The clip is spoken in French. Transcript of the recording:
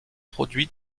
produit